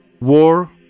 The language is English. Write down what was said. war